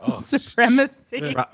supremacy